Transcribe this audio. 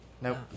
Nope